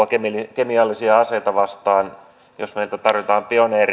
kemiallisia aseita vastaan jos meiltä tarvitaan